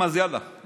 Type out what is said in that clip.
בעידוד כל התקשורת,